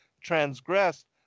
transgressed